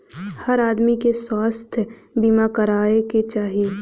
हर आदमी के स्वास्थ्य बीमा कराये के चाही